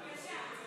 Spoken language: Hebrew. בבקשה.